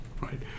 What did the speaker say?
right